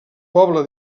pobla